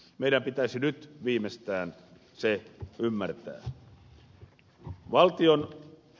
meidän pitäisi nyt viimeistään se ymmärtää